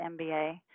MBA